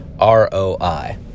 ROI